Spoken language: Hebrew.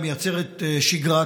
היא מייצרת שגרה,